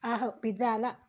आह पिझ्झा आला